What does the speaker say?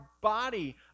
body